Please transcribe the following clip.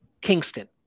Kingston